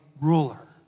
ruler